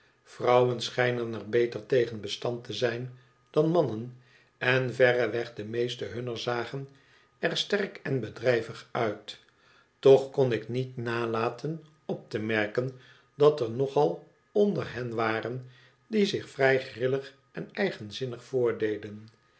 vrouwen schijnen er beter tegen bestand te zijn dan mannen en verreweg de meeste hunner zagen er sterk en bedrijvig uit toch kon ik niet nalaten op te merken dat er nogal onder hen waren die zich vrij grillig en eigenzinnig voordeden